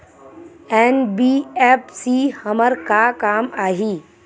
NBFC हमर का काम आही?